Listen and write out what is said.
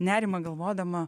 nerimą galvodama